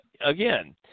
again